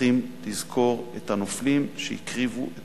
צריכים לזכור את הנופלים שהקריבו את